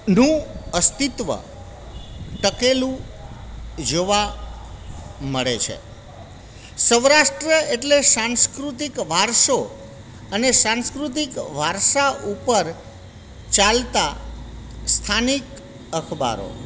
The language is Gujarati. નું અસ્તિત્વ ટકેલું જોવા મળે છે સૌરાષ્ટ્ર એટલે સાંસ્કૃતિક વારસો અને સાંસ્કૃતિક વારસા ઉપર ચાલતા સ્થાનિક અખબારો